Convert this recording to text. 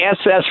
SS